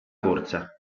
corsa